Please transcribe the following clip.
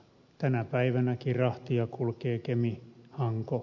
tänä päivänäkin rahtia kulkee kemihanko akselilla